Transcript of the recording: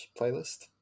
playlist